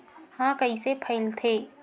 ह कइसे फैलथे?